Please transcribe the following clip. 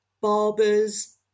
barbers